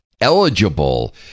eligible